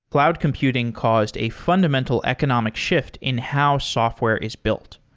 cloud computing caused a fundamental economic shift in how software is built.